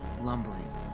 lumbering